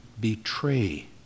betray